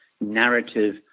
narrative